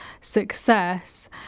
success